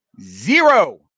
zero